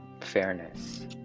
fairness